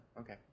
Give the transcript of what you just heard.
Okay